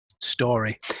story